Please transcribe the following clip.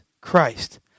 Christ